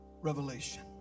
revelation